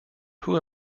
who